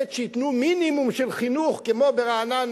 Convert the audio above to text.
שייתנו מינימום של חינוך כמו ברעננה,